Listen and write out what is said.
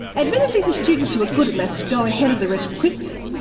admittedly the students who are good at maths go ahead of the rest quickly,